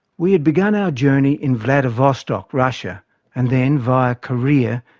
we had begun our journey in vladivostok, russia and then, via korea,